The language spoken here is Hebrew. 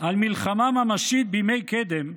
על מלחמה ממשית בימי קדם,